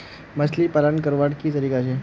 मछली पालन करवार की तरीका छे?